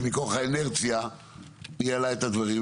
שמכוח האינרציה ניהלה את הדברים,